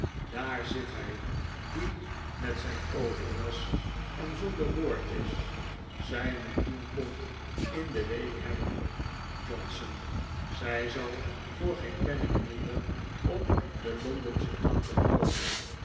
daar zit hij die met zijn overjas en zonder boordjes zij moet tien pond in de week hebben johnson zij zal voor geen penning minder op de londensche planken komen